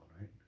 right